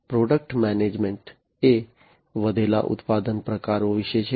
product management એ વધેલા ઉત્પાદન પ્રકારો વિશે છે